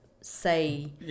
say